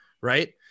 Right